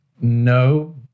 No